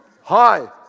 Hi